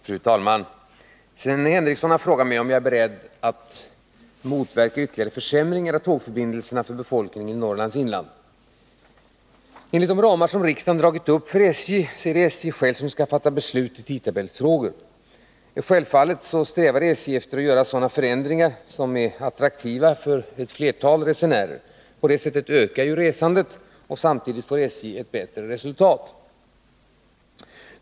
Fru talman! Sven Henricsson har frågat mig om jag är beredd att motverka ytterligare försämringar av tågförbindelserna för befolkningen i Norrlands inland. Enligt de ramar som riksdagen dragit upp för SJ är det SJ själv som skall fatta beslut i tidtabellsfrågor. Självfallet strävar SJ efter att göra sådana förändringar som är attraktiva för flertalet resenärer. På det sättet ökar ju resandet, och samtidigt får SJ ett bättre resultat.